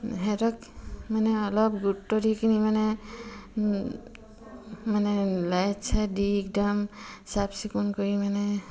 সিহঁতক মানে অলপ গুৰুত্ব দি কিনি মানে মানে লাইট চাইট দি একদম চাফ চিকুণ কৰি মানে